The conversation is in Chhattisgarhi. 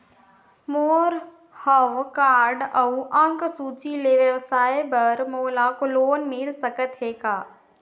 मोर हव कारड अउ अंक सूची ले व्यवसाय बर मोला लोन मिल सकत हे का?